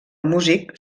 músic